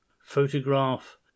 photograph